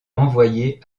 envoyé